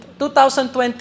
2020